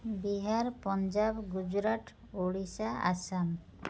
Bihar Punjab Gujarat Odisha Assam